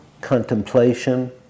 contemplation